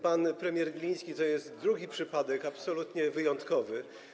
Pan premier Gliński to jest drugi przypadek absolutnie wyjątkowy.